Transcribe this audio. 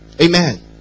Amen